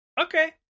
Okay